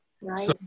Right